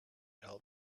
help